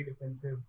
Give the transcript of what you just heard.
defensive